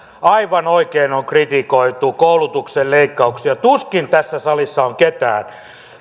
aivan oikein on kritisoitu koulutuksen leikkauksia tuskin tässä salissa on ketään